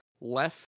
left